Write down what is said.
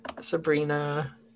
Sabrina